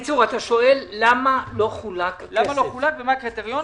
למה לא חולק הכסף, ומה הקריטריונים?